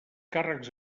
càrrecs